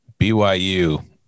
BYU